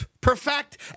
perfect